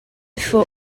faut